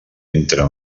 entre